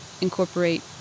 incorporate